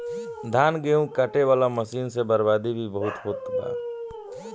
धान, गेहूं काटे वाला मशीन से बर्बादी भी बहुते होत बा